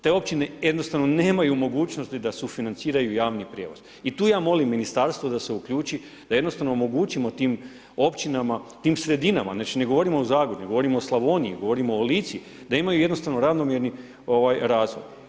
Te općine jednostavno nemaju mogućnosti da sufinanciraju javni prijevoz i tu ja molim ministarstvo da se uključi, da jednostavno omogućimo tim općinama, tim sredinama, znači ne govorimo o Zagorju, govorimo o Slavoniji, govorimo o Lici, da imaju jednostavno ravnomjerni razvoj.